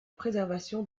préservation